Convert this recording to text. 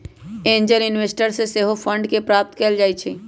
angel investors से सेहो fund के प्राप्त कएल जाइ छइ